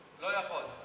לא יכול.